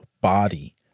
body